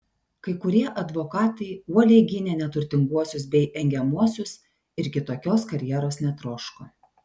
kai kurie advokatai uoliai gynė neturtinguosius bei engiamuosius ir kitokios karjeros netroško